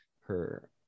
her-